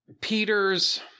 Peter's